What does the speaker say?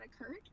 occurred